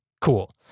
cool